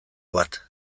bat